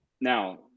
now